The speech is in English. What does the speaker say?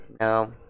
No